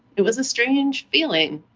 it was a strange feeling.